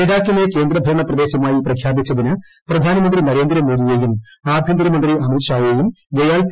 ലഡാക്കിനെ കേന്ദ്രഭരണ പ്രദേശമായി പ്രഖ്യാപിച്ചതിന് പ്രധാനമന്ത്രി നരേന്ദ്ര മോദിയെയും ആഭ്യന്തരമന്ത്രി അമിത് ഷാ യെയും ഗയാൽ പി